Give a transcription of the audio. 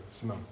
snow